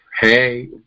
Hey